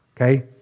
okay